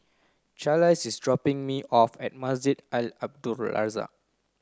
Charlize is dropping me off at Masjid Al Abdul Razak